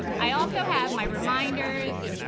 i also have my reminders,